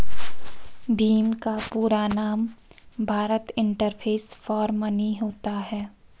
भीम का पूरा नाम भारत इंटरफेस फॉर मनी होता है